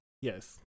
Yes